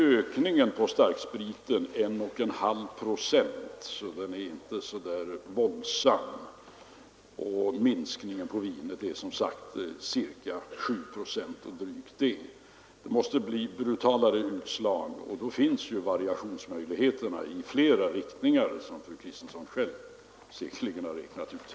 Ökningen på starkspriten är 1,5 procent, så den är inte så där våldsam, och minskningen på vinet är som sagt drygt 7 procent. Det måste bli brutalare utslag, och då finns det variationsmöjligheter i flera riktningar, som fru Kristensson själv säkerligen har räknat ut.